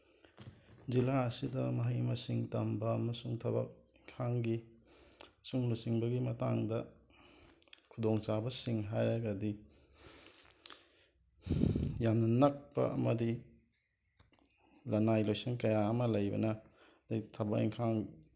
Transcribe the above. ꯖꯤꯂꯥ ꯑꯁꯤꯗ ꯃꯍꯩ ꯃꯁꯤꯡ ꯇꯝꯕ ꯑꯃꯁꯨꯡ ꯊꯕꯛ ꯏꯪꯈꯥꯡꯒꯤ ꯂꯨꯆꯤꯡꯕꯒꯤ ꯃꯇꯥꯡꯗ ꯈꯨꯗꯣꯡꯆꯥꯕꯁꯤꯡ ꯍꯥꯏꯔꯒꯗꯤ ꯌꯥꯝꯅ ꯅꯛꯄ ꯑꯃꯗꯤ ꯂꯅꯥꯏ ꯂꯣꯏꯁꯪ ꯀꯌꯥ ꯑꯃ ꯂꯩꯕꯅ ꯑꯇꯩ ꯊꯕꯛ ꯏꯪꯈꯥꯡ